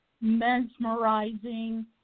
mesmerizing